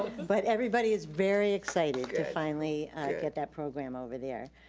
but everybody is very excited to finally get that program over there.